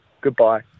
Goodbye